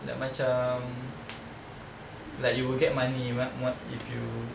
like macam like you will get money wha~ wha~ if you